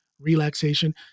relaxation